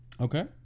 Okay